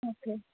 okay